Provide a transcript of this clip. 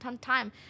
time